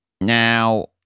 Now